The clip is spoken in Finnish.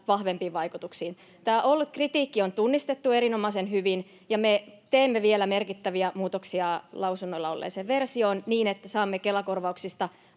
vahvempiin vaikutuksiin. Tämä ollut kritiikki on tunnistettu erinomaisen hyvin, ja me teemme vielä merkittäviä muutoksia lausunnolla olleeseen versioon, niin että saamme Kela-korvauksista